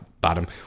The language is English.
bottom